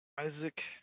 Isaac